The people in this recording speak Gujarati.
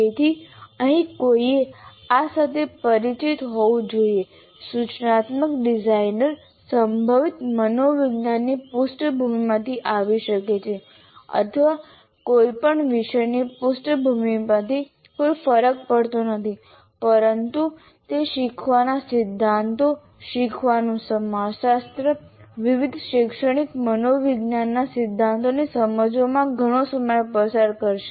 તેથી અહીં કોઈએ આ સાથે પરિચિત હોવું જોઈએ સૂચનાત્મક ડિઝાઇનર સંભવત મનોવિજ્ઞાનની પૃષ્ઠભૂમિમાંથી આવી શકે છે અથવા કોઈપણ વિષયની પૃષ્ઠભૂમિથી કોઈ ફરક પડતો નથી પરંતુ તે શીખવાના સિદ્ધાંતો શીખવાનું સમાજશાસ્ત્ર વિવિધ શૈક્ષણિક મનોવિજ્ઞાનના સિદ્ધાંતોને સમજવામાં ઘણો સમય પસાર કરશે